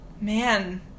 Man